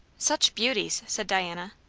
such beauties! said diana.